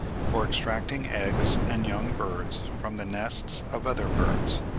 for extracting eggs and young birds from the nests of other birds.